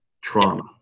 trauma